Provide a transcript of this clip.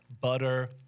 butter